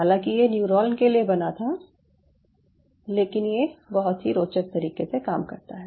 हालाँकि ये न्यूरॉन के लिए बना था लेकिन ये बहुत ही रोचक तरीके से काम करता है